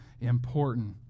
important